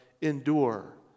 Endure